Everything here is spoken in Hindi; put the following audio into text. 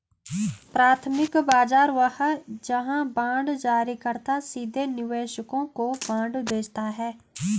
प्राथमिक बाजार वह है जहां बांड जारीकर्ता सीधे निवेशकों को बांड बेचता है